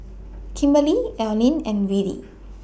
Kimberley Elayne and Willy